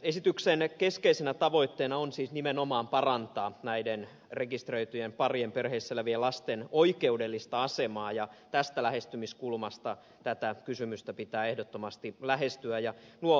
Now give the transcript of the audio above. esityksen keskeisenä tavoitteena on siis nimenomaan parantaa näiden rekisteröityjen parien perheissä elävien lasten oikeudellista asemaa ja tästä lähestymiskulmasta tätä kysymystä pitää ehdottomasti lähestyä